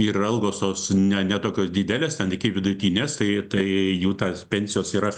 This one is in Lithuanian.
ir algos tos ne ne tokios didelės ten iki vidutinės tai tai jų tas pensijos yra